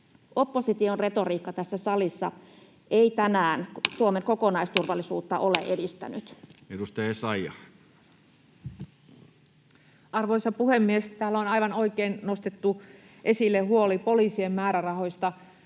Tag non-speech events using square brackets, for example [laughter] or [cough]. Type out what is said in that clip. Opposition retoriikka tässä salissa ei tänään [noise] Suomen kokonaisturvallisuutta ole edistänyt. Edustaja Essayah. Arvoisa puhemies! Täällä on aivan oikein nostettu esille huoli poliisien määrärahoista.